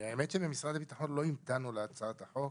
האמת היא שבמשרד הביטחון לא המתנו להצעת החוק,